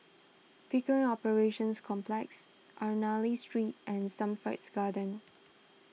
Pickering Operations Complex Ernani Street and Hampstead Gardens